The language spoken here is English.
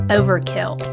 overkill